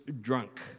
drunk